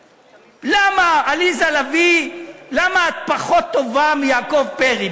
למה, עליזה לביא, למה את פחות טובה מיעקב פרי?